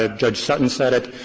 ah judge sutton said it.